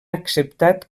acceptat